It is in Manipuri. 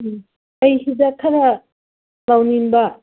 ꯎꯝ ꯑꯩꯁꯤꯗ ꯈꯔ ꯇꯧꯅꯤꯡꯕ